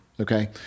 Okay